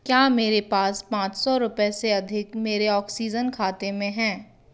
क्या मेरे पास पाँच सौ रुपये से अधिक मेरे ऑक्सीजन खाते में हैं